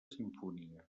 simfonia